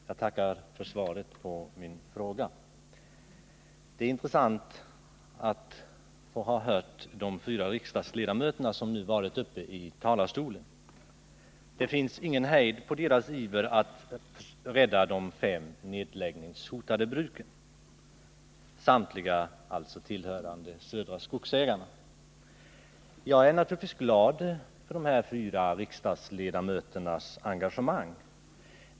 Fru talman! Det var intressant att höra på de fyra riksdagsledamöter som nu varit uppe i talarstolen. Det finns ingen hejd på deras iver att rädda de fem nedläggningshotade bruken, samtliga tillhörande Södra Skogsägarna. Jag vill säga till dessa riksdagsledamöter att jag naturligtvis är glad för deras engagemang.